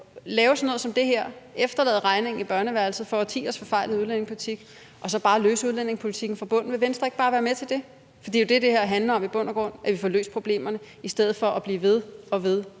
lave sådan noget som det her, hvor vi efterlader regningen i børneværelset for årtiers forfejlede udlændingepolitik, og så bare løse udlændingepolitikken fra bunden? Vil Venstre ikke bare være med til det? For det er jo det, det her i bund og grund handler om, altså at vi får løst problemerne i stedet for at blive ved og ved